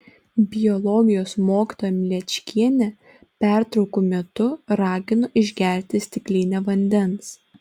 biologijos mokytoja mlečkienė pertraukų metu ragino išgerti stiklinę vandens